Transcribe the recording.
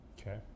Okay